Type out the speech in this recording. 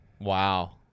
Wow